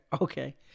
Okay